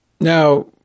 Now